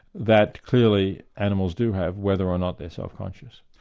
that clearly animals do have, whether or not they're self-conscious.